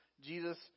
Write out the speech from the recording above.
jesus